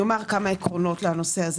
אומר כמה עקרונות לנושא.